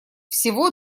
всего